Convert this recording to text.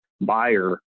buyer